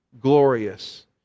glorious